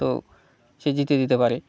তো সে জিতিয়ে দিতে পারে